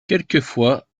quelquefois